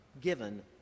given